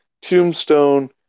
tombstone